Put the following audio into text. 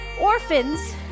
orphans